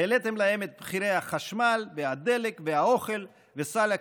העליתם להם את מחירי החשמל והדלק והאוכל וסל הקניות,